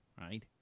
right